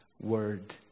word